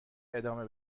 ادامه